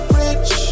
rich